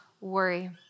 worry